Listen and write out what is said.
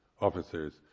officers